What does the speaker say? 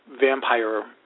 vampire